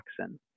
toxin